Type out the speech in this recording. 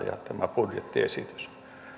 ja tämä budjettiesitys ovat tulossa eduskuntaan